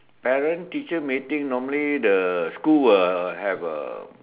parent teacher meeting normally the school will have A